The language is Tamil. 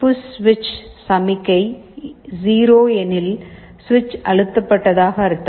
புஷ் ஸ்விட்ச் சமிக்ஞை 0 எனில் சுவிட்ச் அழுத்தப்பட்டதாக அர்த்தம்